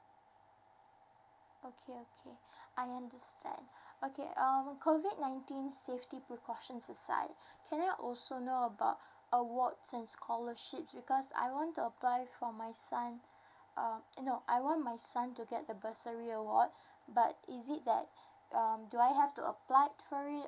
okay okay I understand okay uh COVID nineteen safety precautions aside can I also know about awards and scholarships because I want to apply for my son um uh no I want my son to get the bursary award but is it that um do I have to applied for it